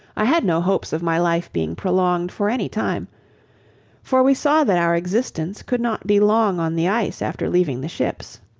i had no hopes of my life being prolonged for any time for we saw that our existence could not be long on the ice after leaving the ships,